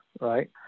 Right